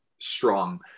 strong